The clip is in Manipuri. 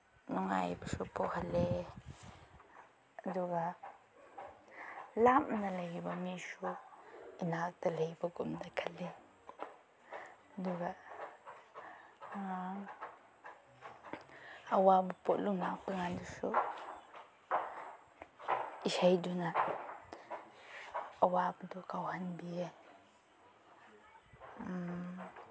ꯅꯨꯡꯉꯥꯏꯕꯁꯨ ꯄꯣꯛꯍꯜꯂꯦ ꯑꯗꯨꯒ ꯂꯥꯞꯅ ꯂꯩꯈꯤꯕ ꯃꯤꯁꯨ ꯏꯅꯥꯛꯇ ꯂꯩꯕꯒꯨꯝꯅ ꯈꯜꯂꯦ ꯑꯗꯨꯒ ꯑꯋꯥꯕ ꯄꯣꯠꯂꯨꯝ ꯂꯥꯛꯄ ꯀꯥꯟꯗꯁꯨ ꯏꯁꯩꯗꯨꯅ ꯑꯋꯥꯕꯗꯨ ꯀꯥꯎꯍꯟꯕꯤꯌꯦ